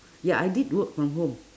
ya I did work from home